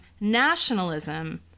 nationalism